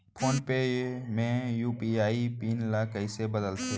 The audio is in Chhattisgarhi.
फोन पे म यू.पी.आई पिन ल कइसे बदलथे?